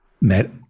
met